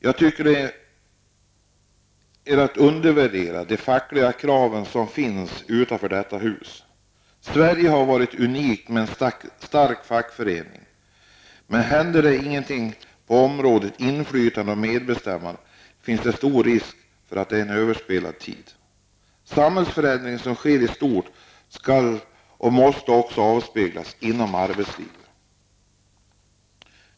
Jag tycker att det är att undervärdera de fackliga krav som finns utanför detta hus. Sverige har varit unikt med en stark facklig rörelse, men händer det ingenting på detta område när det gäller inflytande och medbestämmande finns det stor risk att det är en överspelad tid. Samhällsförändringen som sker i stort, skall och måste också avspeglas inom arbetslivet.